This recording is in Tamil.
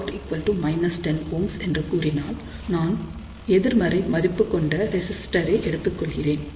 RoutZout 10 Ω என்று கூறினால் நான் எதிர்மறை மதிப்பு கொண்ட ரெசிஸ்டர் ஐ எடுத்துக்கொள்கிறேன்